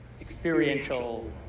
experiential